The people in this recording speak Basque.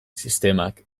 sistemak